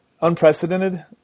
unprecedented